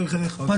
בבקשה.